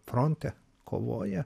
fronte kovoja